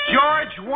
George